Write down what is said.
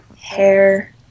hair